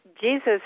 Jesus